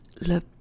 le